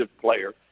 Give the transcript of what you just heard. player